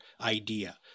idea